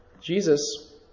Jesus